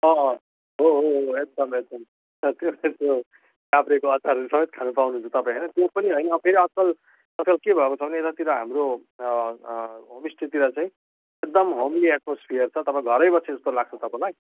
अँ अँ हो हो हो हो एकदम एकदम काब्रेको अचारहरू हुन्छ खानु पाउनुहुन्छ तपाईँ होइन त्यो पनि होइन फेरि आजकल आजकल के भएको छ भने यतातिर हाम्रो होमस्टेतिर चाहिँ एकदम होमली एटमोस्फियर छ तपाईँ घरै बसे जस्तो लाग्छ तपाईँलाई